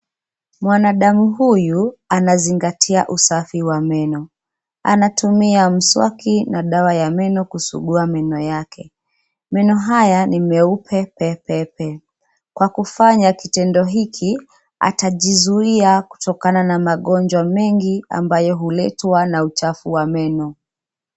Mwanadamu huyu anazingatia usafi wa meno, anatumia mswaki na dawa ya meno kusugua meno yake. Meno haya ni meupe pepepe. Kwa kufanya kitendo hiki atajizuia kutokana na magonjwa mengi ambayo huletwa na uchafu wa meno.